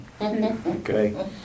okay